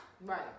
Right